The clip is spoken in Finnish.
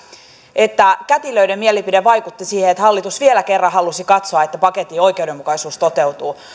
että kätilöiden mielipide vaikutti siihen että hallitus vielä kerran halusi katsoa että paketin oikeudenmukaisuus toteutuu